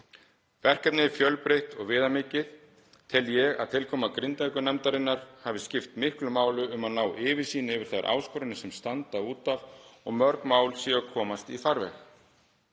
Verkefnið er fjölbreytt og viðamikið. Tel ég að tilkoma Grindavíkurnefndarinnar hafi skipt miklu máli um að ná yfirsýn yfir þær áskoranir sem standa út af og að mörg mál séu að komast í farveg.